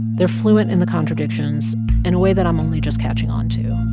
they're fluent in the contradictions in a way that i'm only just catching onto.